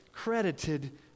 credited